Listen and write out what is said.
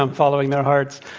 um following their hearts.